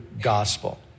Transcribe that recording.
gospel